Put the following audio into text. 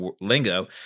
lingo